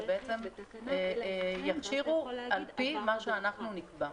שבעצם יכשירו על פי מה שאנחנו נקבע.